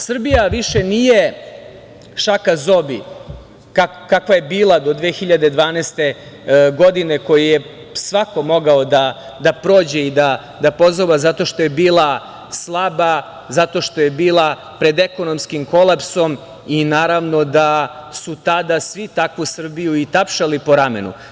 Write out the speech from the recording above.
Srbija više nije šaka zobi kakva je bila do 2012. godine, koju je svako mogao da prođe i da pozoba, zato što je bila slaba, zato što je bila pred ekonomskim kolapsom i naravno da su tada svi takvu Srbiju i tapšali po ramenu.